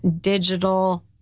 digital